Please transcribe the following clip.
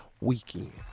weekend